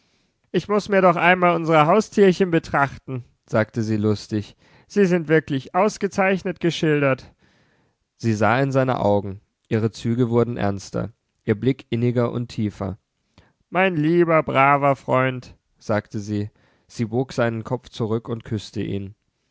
ich muß mir doch einmal unser haustierchen betrachten sagte sie lustig sie sind wirklich ausgezeichnet geschildert sie sah in seine augen ihre züge wurden ernster ihr blick inniger und tiefer mein lieber braver freund sagte sie sie bog seinen kopf zurück und küßte ihn